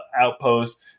outpost